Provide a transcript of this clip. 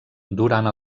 durant